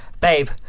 Babe